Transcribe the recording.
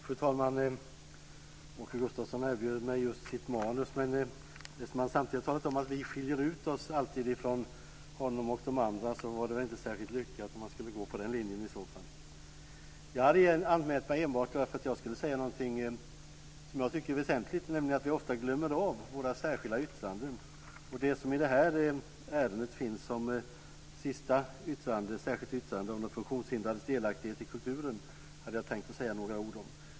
Fru talman! Åke Gustavsson erbjöd mig just sitt manus. Men eftersom han samtidigt har talat om att vi alltid skiljer ut oss från honom och de andra vore det väl inte särskilt lyckat om man skulle välja den linjen. Jag hade anmält mig enbart för att säga någonting om något jag tycker är väsentligt, nämligen att vi ofta glömmer bort våra särskilda yttranden. I det här ärendet finns ett sista särskilt yttrande om de funktionshindrades delaktighet i kulturen, och det tänkte jag säga några ord om.